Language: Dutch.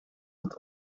het